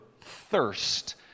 thirst